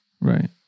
Right